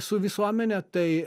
su visuomene tai